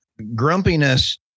grumpiness